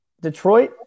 Detroit